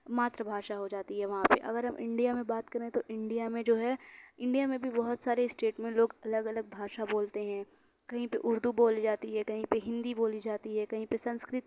ماتر بھاشا ہو جاتی ہے وہاں پہ اگر ہم انڈیا میں بات کریں تو انڈیا میں جو ہے انڈیا میں بھی بہت سارے اسٹیٹ میں لوگ الگ الگ بھاشا بولتے ہیں کہیں پہ اردو بولی جاتی ہے کہیں پہ ہندی بولی جاتی ہے کہیں پہ سنسکرت